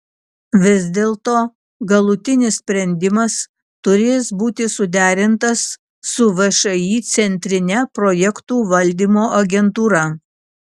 vis dėlto galutinis sprendimas turės būti suderintas su všį centrine projektų valdymo agentūra